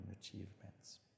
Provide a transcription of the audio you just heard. achievements